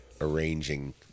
arranging